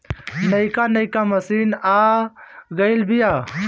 नइका नइका मशीन आ गइल बिआ